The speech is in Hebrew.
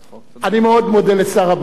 אני מאוד מודה לשר הבריאות,